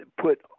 put